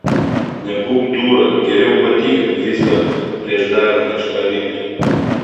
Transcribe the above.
nebūk dūra geriau patikrink viską prieš darant kažką rimto